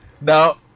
now